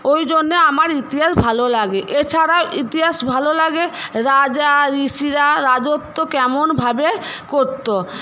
ওই জন্যে আমার ইতিহাস ভালো লাগে এছাড়াও ইতিহাস ভালো লাগে রাজা ঋষিরা রাজত্ব কেমনভাবে করত